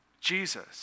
Jesus